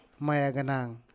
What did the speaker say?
Mayaganang